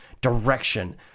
Direction